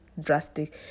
drastic